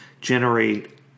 generate